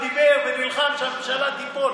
ודיבר ונלחם שהממשלה תיפול.